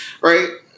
right